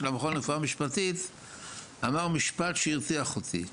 המכון לרפואה משפטית אמר משפט שהרתיח אותי.